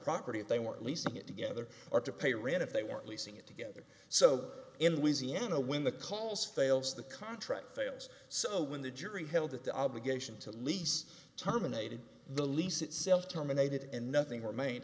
property if they were leasing it together or to pay rent if they weren't leasing it together so in louisiana when the calls fails the contract fails so when the jury held that the obligation to lease terminated the lease itself terminated and nothing remain